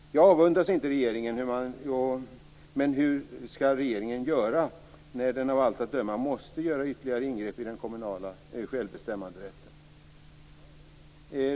Jag avundas inte regeringen. Hur skall regeringen göra när man av allt att döma måste göra ytterligare ingrepp i den kommunala självbestämmanderätten?